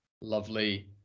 Lovely